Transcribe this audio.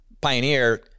Pioneer